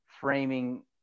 framing